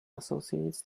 associates